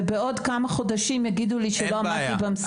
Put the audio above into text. ובעוד כמה חודשים יגידו לי שלא עמדתי במשימה.